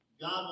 God